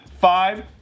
five